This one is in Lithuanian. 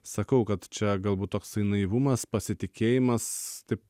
sakau kad čia galbūt toksai naivumas pasitikėjimas taip